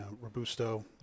Robusto